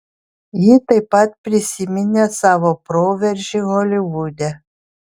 ji taip pat prisiminė savo proveržį holivude